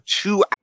two